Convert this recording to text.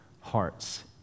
hearts